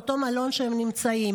באותו מלון שבו הם נמצאים.